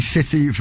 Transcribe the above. City